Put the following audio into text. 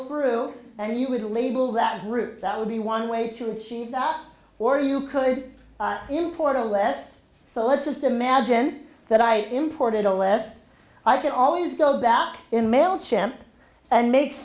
through and you would label that group that would be one way to achieve that or you could import or less so let's just imagine that i imported unless i can always go back in mail champ and make